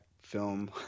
film